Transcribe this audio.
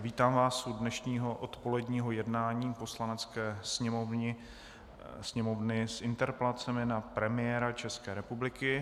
Vítám vás u dnešního odpoledního jednání Poslanecké sněmovny s interpelacemi na premiéra České republiky.